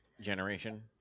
generation